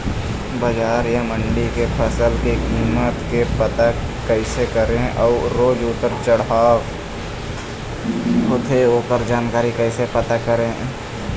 बजार या मंडी के फसल के कीमत के पता कैसे करें अऊ रोज उतर चढ़व चढ़व होथे ओकर जानकारी कैसे पता करें?